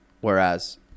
Whereas